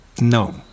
No